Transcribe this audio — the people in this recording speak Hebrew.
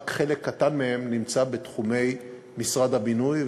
רק חלק קטן מהם נמצא בתחומי משרד הבינוי,